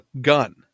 gun